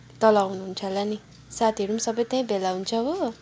तल हुनुहुन्छ होला नि साथीहरू पनि सबै त्यहीँ भेला हुन्छ हो